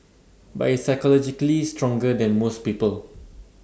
but he is psychologically stronger than most people